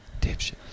dipshit